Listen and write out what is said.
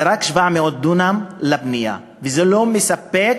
ורק 700 דונם הם לבנייה, וזה לא מספק